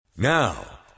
Now